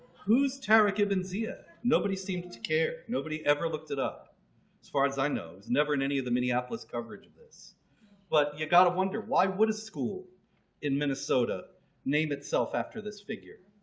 who's tariq ibn ziyad? nobody seemed to care. nobody ever looked it up as far as i know. it was never in any of the minneapolis coverage of this but you gotta wonder why would a school in minnesota name itself after this figure?